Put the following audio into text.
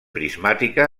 prismàtica